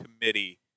committee